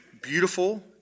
beautiful